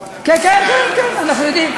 כן, כן, אנחנו יודעים.